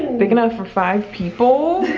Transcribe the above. big enough for five people.